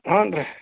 ಹ್ಞೂ ರೀ